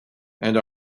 and